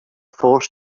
forced